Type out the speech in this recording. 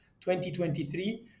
2023